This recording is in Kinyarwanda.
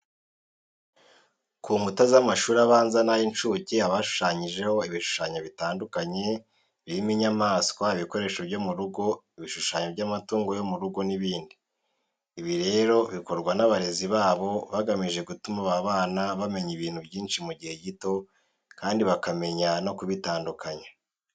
Ku nkuta z'amashuri abanza n'ay'incuke haba hashushanyijeho ibishushanyo bitandukanye birimo inyamaswa, ibikoresho byo mu rugo, ibishushanyo by'amatungo yo mu rugo n'ibindi. Ibi rero bikorwa n'abarezi babo bagamije gutuma aba bana bamenya ibintu byinshi mu gihe gito kandi bakamenya no kubitandukanya.